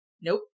Nope